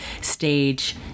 stage